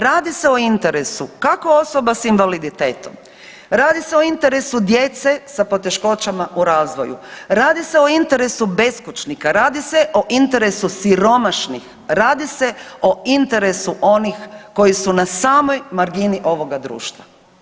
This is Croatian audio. Radi se o interesu, kako osoba s invaliditetom, radi se o interesu djece s poteškoćama u razvoju, radi se o interesu beskućnika, radi se o interesu siromašnih, radi se o interesu onih koji su na samoj margini ovoga društva.